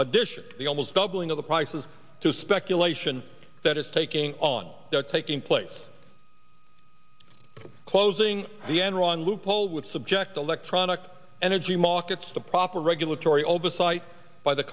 addition of the almost doubling of the prices to speculation that is taking on taking place closing the enron loophole with subject electronic energy markets the proper regulatory oversight by the